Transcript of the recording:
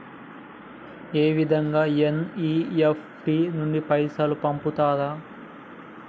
ఏ విధంగా ఎన్.ఇ.ఎఫ్.టి నుండి పైసలు పంపుతరు?